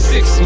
Six